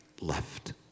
left